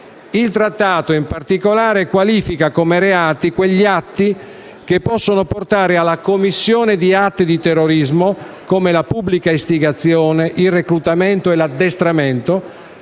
Il Trattato, in particolare, qualifica come reati quegli atti che possono portare alla commissione di atti di terrorismo (come la pubblica istigazione, il reclutamento e l'addestramento),